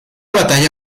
batalla